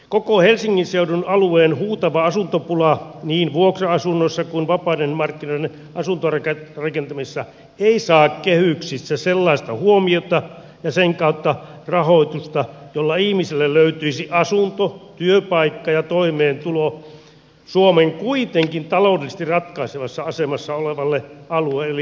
koko helsingin seudun alueen huutava asuntopula niin vuokra asunnoissa kuin vapaiden markkinoiden asuntorakentamisessakaan ei saa kehyksissä sellaista huomiota ja sen kautta rahoitusta jolla ihmiselle löytyisi asunto työpaikka ja toimeentulo suomen kuitenkin taloudellisesti ratkaisevassa asemassa olevalta alueelta eli pääkaupunkiseudulta